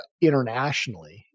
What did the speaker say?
internationally